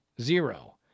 Zero